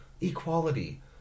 Equality